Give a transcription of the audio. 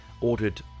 ordered